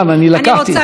אני אשתדל מאוד.